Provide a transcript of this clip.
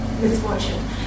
misfortune